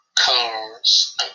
cars